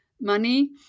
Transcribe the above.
money